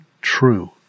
true